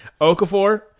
Okafor